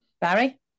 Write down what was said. Barry